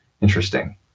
interesting